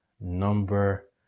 number